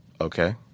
Okay